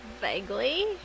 vaguely